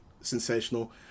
sensational